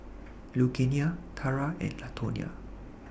Lugenia Tarah and Latonia